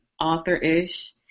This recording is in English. author-ish